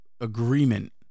agreement